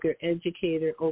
educator